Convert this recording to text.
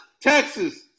Texas